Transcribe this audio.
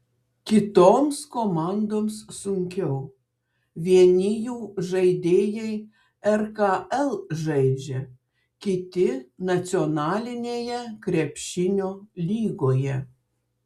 kitoms komandoms sunkiau vieni jų žaidėjai rkl žaidžia kiti nacionalinėje krepšinio lygoje